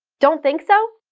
don't think so?